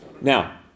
Now